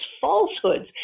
falsehoods